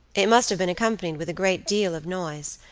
it must have been accompanied with a great deal of noise,